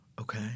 Okay